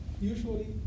Usually